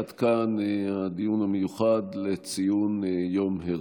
עד כאן הדיון המיוחד לציון יום הרצל.